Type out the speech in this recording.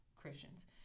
Christians